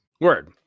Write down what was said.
word